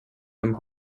dem